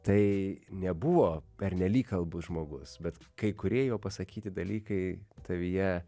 tai nebuvo pernelyg kalbus žmogus bet kai kurie jo pasakyti dalykai tavyje